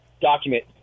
document